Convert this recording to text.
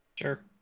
Sure